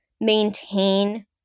maintain